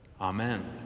Amen